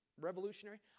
revolutionary